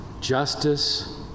justice